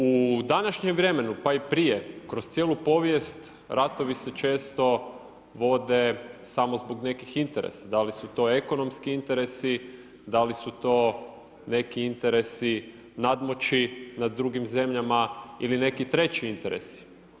U današnjem vremenu pa i prije kroz cijelu povijest ratovi se često vode samo zbog nekih interesa, da li su to ekonomski interesi, da li su to neki interesi nadmoći nad drugim zemljama ili neki treći interesi.